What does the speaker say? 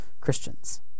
christians